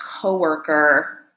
coworker